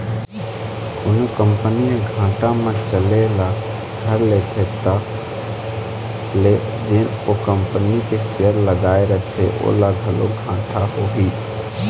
कोनो कंपनी ह घाटा म चले ल धर लेथे त ले जेन ओ कंपनी के सेयर लगाए रहिथे ओला घलोक घाटा होही